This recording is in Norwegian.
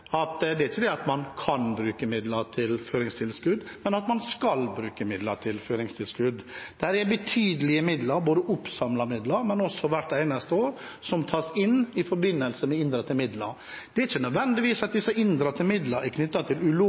at det er ikke slik at man kan bruke midler til føringstilskudd, men man skal bruke midler til føringstilskudd. Det er betydelige midler – oppsamlede midler, men også hvert eneste år – som tas inn. Det er ikke nødvendigvis slik at disse inndratte midlene er knyttet til ulovligheter, slik jeg har sett at